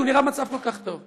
כי הוא נראה במצב כל כך טוב.